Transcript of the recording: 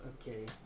okay